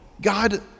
God